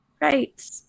right